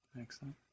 Excellent